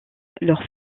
leur